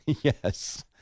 Yes